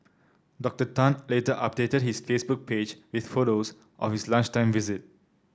Doctor Tan later updated his Facebook page with photos of his lunchtime visit